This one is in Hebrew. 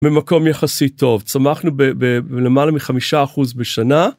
במקום יחסית טוב צמחנו בלמעלה מחמישה אחוז בשנה.